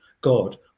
God